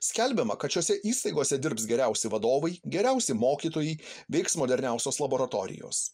skelbiama kad šiose įstaigose dirbs geriausi vadovai geriausi mokytojai veiks moderniausios laboratorijos